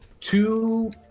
Two